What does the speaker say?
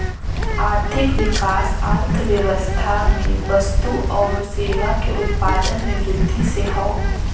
आर्थिक विकास अर्थव्यवस्था में वस्तु आउर सेवा के उत्पादन में वृद्धि से हौ